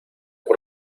por